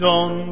on